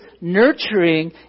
nurturing